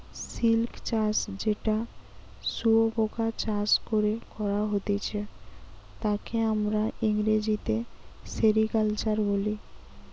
silk চাষ যেটা শুয়োপোকা চাষ করে করা হতিছে তাকে আমরা ইংরেজিতে সেরিকালচার বলি